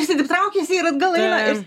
ir jisai taip traukiasi ir atgal eina ir